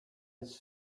his